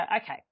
okay